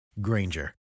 Granger